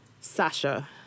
Sasha